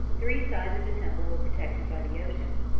three sides of the temple were protected by the ocean,